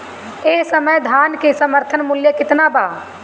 एह समय धान क समर्थन मूल्य केतना बा?